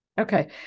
Okay